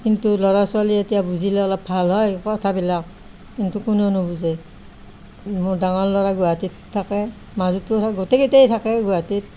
কিন্তু ল'ৰা ছোৱালীয়ে এতিয়া বুজিলে অলপ ভাল হয় কথাবিলাক কিন্তু কোনেও নুবুজে মোৰ ডাঙৰ ল'ৰা গুৱাহাটীত থাকে মাজুটো থাকে গোটেইকেইটাই থাকে গুৱাহাটীত